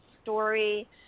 story